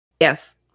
Yes